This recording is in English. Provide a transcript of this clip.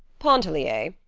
pontellier,